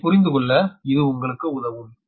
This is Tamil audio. இதைப் புரிந்துகொள்ள இது உங்களுக்கு உதவும்